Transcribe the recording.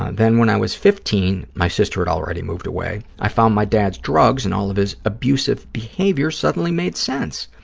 then when i was fifteen, my sister had already moved away, i found my dad's drugs, and all of his abusive behaviors suddenly made sense.